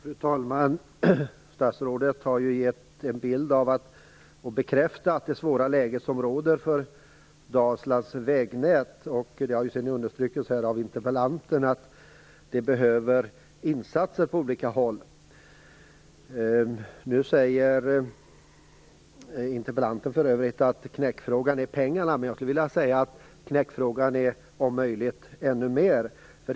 Fru talman! Statsrådet har gett en bild av och bekräftat det svåra läge som råder för Dalslands vägnät. Det har sedan understrukits av interpellanten att det behövs insatser på olika håll. Interpellanten säger för övrigt att knäckfrågan är pengarna, men jag skulle vilja säga att knäckfrågan är ännu vidare.